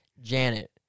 Janet